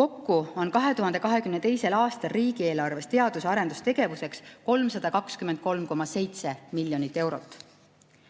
Kokku on 2022. aastal riigieelarves teadus‑ ja arendustegevuseks 323,7 miljonit eurot.